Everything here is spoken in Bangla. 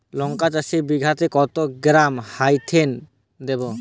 লঙ্কা চাষে বিঘাতে কত গ্রাম ডাইথেন দেবো?